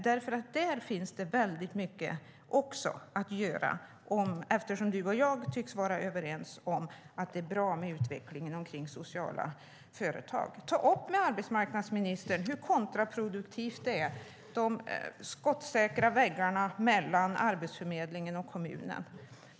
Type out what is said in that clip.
Där finns det också mycket att göra, eftersom du och jag, Annie Lööf, tycks vara överens om att det är bra med utveckling när det gäller sociala företag. Ta upp med arbetsmarknadsministern hur kontraproduktivt det är med de skottsäkra väggarna mellan Arbetsförmedlingen och kommunen.